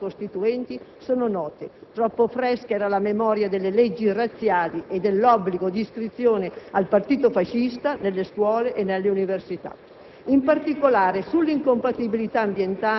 Le motivazioni storiche di questa scelta dei padri costituenti sono note: troppo fresca era la memoria delle leggi razziali e dell'obbligo di iscrizione al Partito fascista nelle scuole e nelle università.